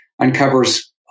uncovers